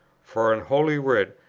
for, in holy writ,